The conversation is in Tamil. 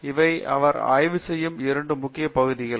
இவை அவர் ஆய்வு செய்யும் இரண்டு முக்கிய பகுதிகள்